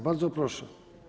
Bardzo proszę.